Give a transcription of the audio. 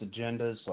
agendas